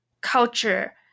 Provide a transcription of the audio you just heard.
culture